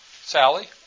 Sally